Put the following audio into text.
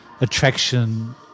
attraction